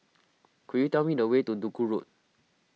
could you tell me the way to Duku Road